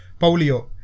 Paulio